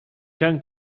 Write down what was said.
can